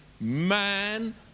man